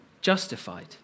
justified